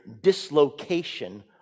dislocation